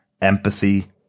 empathy